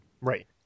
Right